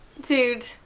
Dude